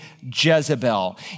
Jezebel